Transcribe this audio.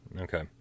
Okay